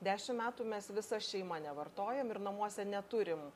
dešim metų mes visa šeima nevartojam ir namuose neturim